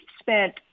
spent